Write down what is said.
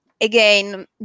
again